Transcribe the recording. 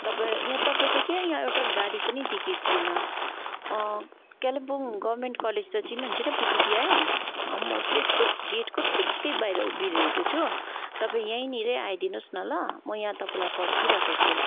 तपाईँ यहाँ तपाईँ त क्या यहाँ एउटा गाडी पनि देखेको छुइनँ कालिम्पोङ गभर्मेन्ट कलेज त चिन्नुहुन्छ पिटिटिआई अँ म त्यसको गेटको ठिकै बाहिर उभिरहेको छु तपाईँ यहीँनिरै आइदिनु होस् न ल म यहाँ तपाईँलाई पर्खिरहेको छु